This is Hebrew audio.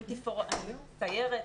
אני ציירת,